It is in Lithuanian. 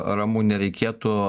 ramune reikėtų